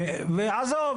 ועזוב,